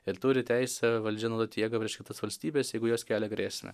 ir turi teisę valdžia naudot jėgą prieš kitas valstybes jeigu jos kelia grėsmę